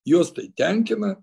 juos tai tenkina